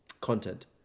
content